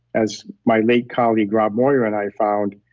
as my late colleague rob moir and i found,